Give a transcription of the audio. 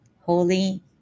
holy